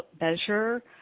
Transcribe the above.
measure